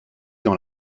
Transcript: dans